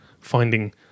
finding